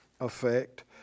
effect